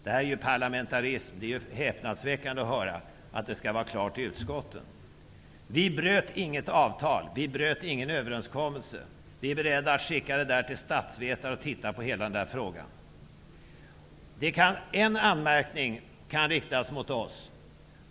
Det här är ju parlamentarism. Det är ju häpnadsväckande att höra att ärendena skall vara avgjorda i utskotten. Vi bröt inget avtal. Vi gick inte ifrån någon överenskommelse. Vi är beredda att låta statsvetare undersöka hela frågan. En anmärkning kan riktas mot oss.